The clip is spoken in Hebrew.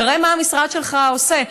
תראה מה המשרד שלך עושה.